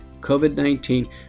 COVID-19